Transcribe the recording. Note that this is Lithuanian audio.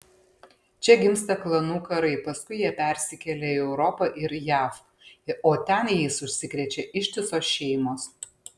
čia gimsta klanų karai paskui jie persikelia į europą ir jav o ten jais užsikrečia ištisos šeimos